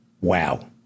Wow